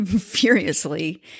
furiously